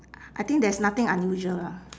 I think there's nothing unusual lah